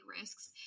risks